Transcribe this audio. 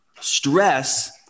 stress